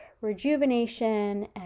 rejuvenation